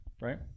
right